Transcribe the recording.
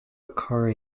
occur